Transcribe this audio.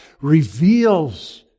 reveals